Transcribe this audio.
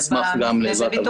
נשמח גם לעזרת הוועדה בנושא.